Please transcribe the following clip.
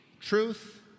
truth